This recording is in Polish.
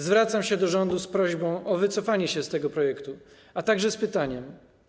Zwracam się do rządu z prośbą o wycofanie się z tego projektu, a także z pytaniem.